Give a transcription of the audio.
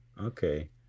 okay